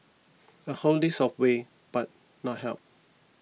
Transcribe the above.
a whole list of ways but not help